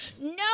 no